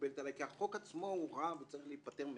מקובלת עליי כי החוק עצמו הוא רע וצריך להתפטר ממנו.